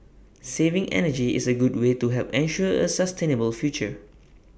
saving energy is A good way to help ensure A sustainable future